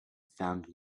found